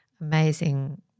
amazing